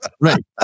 Right